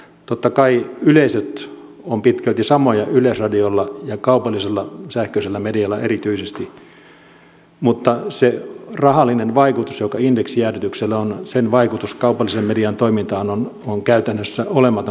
totta kai yleisöt ovat pitkälti samoja yleisradiolla ja kaupallisella sähköisellä medialla erityisesti mutta se rahallinen vaikutus joka indeksijäädytyksellä on kaupallisen median toimintaan on käytännössä olematon